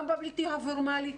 גם בבלתי פורמלי,